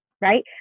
right